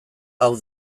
hau